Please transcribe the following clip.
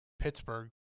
Pittsburgh